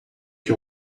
que